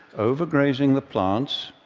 overgrazing the plants,